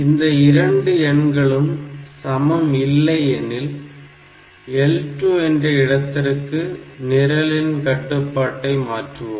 இந்த இரண்டு எண்களும் சமம் இல்லை எனில் L2 என்ற இடத்திற்கு நிரலின் கட்டுப்பாட்டை மாற்றுவோம்